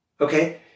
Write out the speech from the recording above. Okay